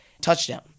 touchdown